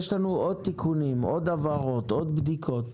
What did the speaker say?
יש לנו עוד תיקונים, עוד הבהרות, עוד בדיקות.